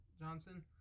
Johnson